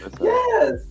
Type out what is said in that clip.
Yes